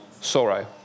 sorrow